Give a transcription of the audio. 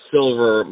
Silver